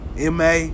MA